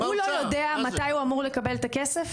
דודו, הוא יודע מתי הוא אמור לקבל את הכסף?